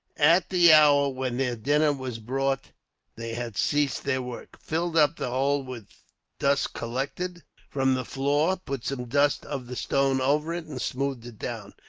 at the hour when their dinner was brought they had ceased their work, filled up the hole with dust collected from the floor, put some dust of the stone over it, and smoothed it down,